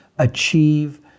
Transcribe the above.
achieve